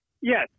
Yes